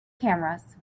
cameras